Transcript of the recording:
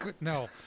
No